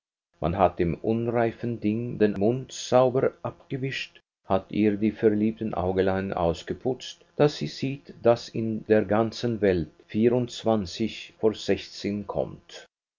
man hat dem unreifen ding den mund sauber abgewischt hat ihr die verliebten äugelein ausgeputzt daß sie sieht daß in der ganzen welt vierundzwanzig vor sechzehn kommt